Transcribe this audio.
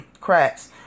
Cracks